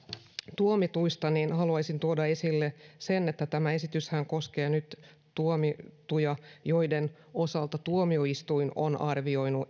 tuomituista niin haluaisin tuoda esille sen että tämä esityshän koskee nyt tuomittuja joiden osalta tuomioistuin on arvioinut